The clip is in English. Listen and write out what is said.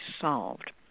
solved